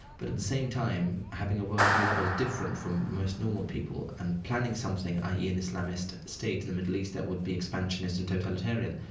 but at the same time having a worldview that was different from most normal people and planning something, i e, an islamist state in the middle east that would be expansionist and totalitarian.